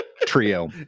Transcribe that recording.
trio